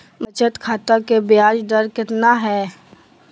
बचत खाता के बियाज दर कितना है?